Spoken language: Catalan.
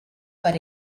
per